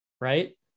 right